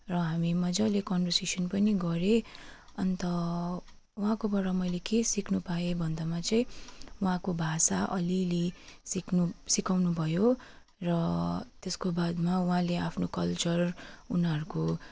र हामी मजाले कन्भर्सेसन् पनि गरेँ अन्त उहाँकोबाट मैले के सिक्नु पाएँ भन्दामा चाहिँ उहाँको भाषा अलिअलि सिक्नु सिकाउनुभयो र त्यसको बादमा उहाँले आफ्नो कल्चर उनीहरूको